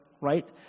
right